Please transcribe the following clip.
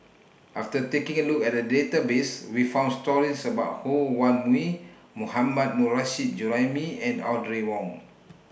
after taking A Look At The Database We found stories about Ho Wan Me Mohammad Nurrasyid Juraimi and Audrey Wong